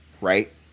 right